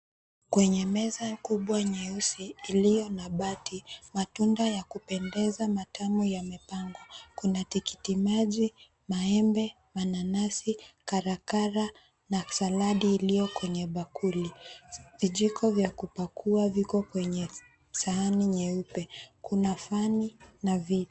Kwenye meza kubwa nyeusi iliyo na bati, matunda ya kupendeza matamu yamepangwa. Kuna tikiti maji, maembe, mananasi, karakara na saladi iliyo kwenye bakuli. Vijiko vya kupakua viko kwenye sahani nyeupe kuna fani na viti.